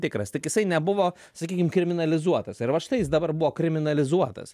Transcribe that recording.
tikras tik jisai nebuvo sakykim kriminalizuotas ir vat štai jis dabar buvo kriminalizuotas